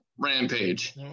Rampage